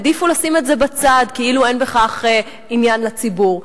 העדיפו לשים את זה בצד כאילו אין בכך עניין לציבור.